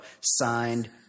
signed